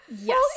Yes